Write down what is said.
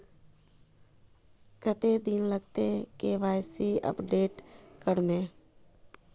कते दिन लगते के.वाई.सी अपडेट करे में?